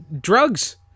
drugs